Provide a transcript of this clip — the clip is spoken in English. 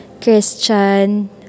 christian